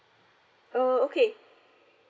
oh okay